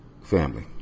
Family